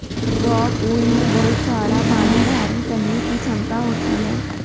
rockwool में बहुत सारा पानी धारण करने की क्षमता होती है